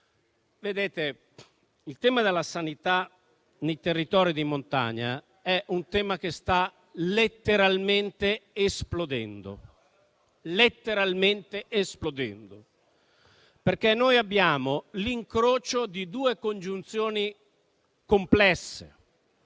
Vedete, il tema della sanità nei territori di montagna sta letteralmente esplodendo, perché noi abbiamo l'incrocio di due congiunzioni complesse: